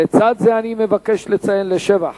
לצד זה אני מבקש לציין לשבח